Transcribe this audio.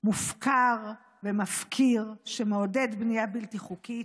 מופקר ומפקיר שמעודד בנייה בלתי חוקית,